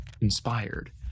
Inspired